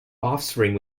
offspring